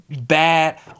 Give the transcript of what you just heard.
bad